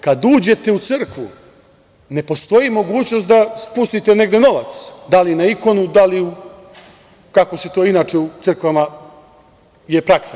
Kada uđete u crkvu ne postoji mogućnost da spustite negde novac, da li na ikonu, da li, kakva inače u crkvama je praksa.